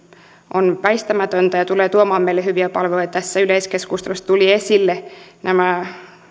on väistämätöntä ja tulee tuomaan meille hyviä palveluja tässä yleiskeskustelussa tulivat esille nämä